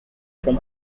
from